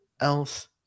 else